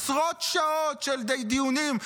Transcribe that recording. עשרות שעות של דיונים.